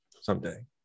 someday